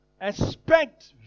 Expect